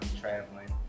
traveling